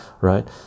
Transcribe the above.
right